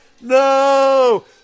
no